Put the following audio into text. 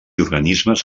organismes